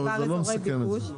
אז אני ממשיכה את סעיף 63א. (2)